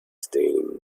standing